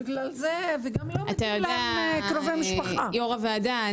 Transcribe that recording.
יו"ר הוועדה,